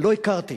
לא הכרתי